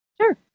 Sure